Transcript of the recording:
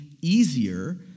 easier